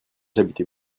habitez